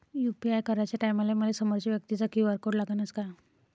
UPI कराच्या टायमाले मले समोरच्या व्यक्तीचा क्यू.आर कोड लागनच का?